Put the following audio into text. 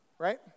Right